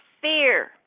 fear